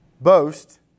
boast